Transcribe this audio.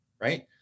right